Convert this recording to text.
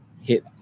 hit